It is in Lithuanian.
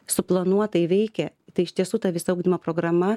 suplanuotai veikia tai iš tiesų ta visa ugdymo programa